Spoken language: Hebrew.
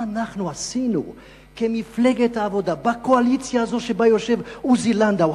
מה אנחנו עשינו כמפלגת העבודה בקואליציה הזאת שבה יושב עוזי לנדאו?